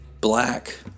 black